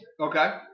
Okay